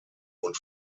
und